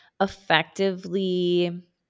effectively